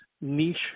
niche